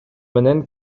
менен